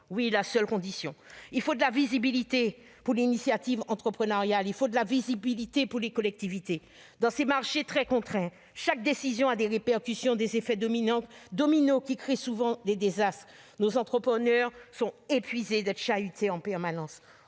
avec le temps. Il faut de la visibilité pour l'initiative entrepreneuriale : il faut de la visibilité pour les collectivités. Dans ces marchés très contraints, chaque décision a des répercussions, des effets domino qui créent souvent des désastres. Nos entrepreneurs sont épuisés d'être chahutés en permanence.